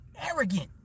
arrogant